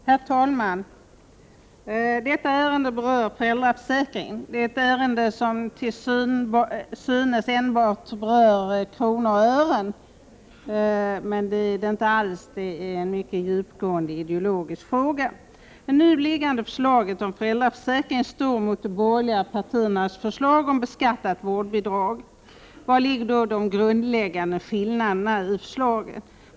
Herr talman! Detta ärende berör föräldraförsäkringen. Det är ett ärende som till synes enbart handlar om kronor och ören, men så är det inte. Detta är en mycket djupgående ideologisk fråga. Det nu liggande förslaget om föräldraförsäkring står mot de borgerliga partiernas förslag om beskattat vårdbidrag. Var ligger då den grundläggande skillnaden i förslagen?